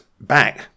back